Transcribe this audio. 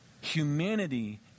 humanity